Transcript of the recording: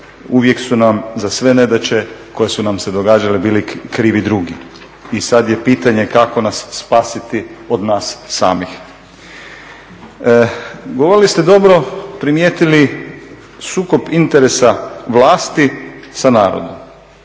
Uvijek su nam za sve nedaće koje su nam se događale bili krivi drugi i sada je pitanje kako nas spasiti od nas samih. Govorili ste dobro, primijetili sukob interesa vlasti sa narodom,